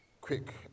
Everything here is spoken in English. Quick